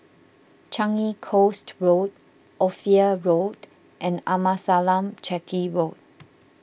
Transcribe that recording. Changi Coast Road Ophir Road and Amasalam Chetty Road